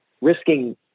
risking